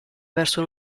verso